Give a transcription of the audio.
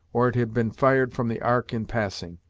or it had been fired from the ark in passing.